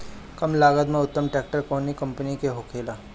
कम लागत में उत्तम ट्रैक्टर कउन कम्पनी के होखेला?